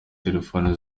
telefoni